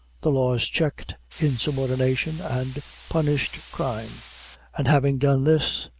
the laws checked insubordination and punished crime and having done this,